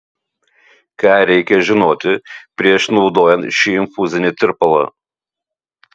ką reikia žinoti prieš naudojant šį infuzinį tirpalą